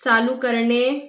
चालू करणे